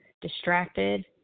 distracted